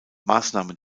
maßnahmen